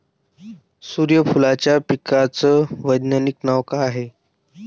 सुर्यफूलाच्या पिकाचं वैज्ञानिक नाव काय हाये?